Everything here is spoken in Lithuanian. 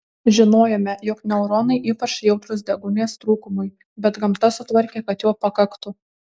žinojome jog neuronai ypač jautrūs deguonies trūkumui bet gamta sutvarkė kad jo pakaktų